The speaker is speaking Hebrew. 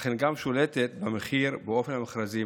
ולכן גם שולטת במחיר דרך המכרזים.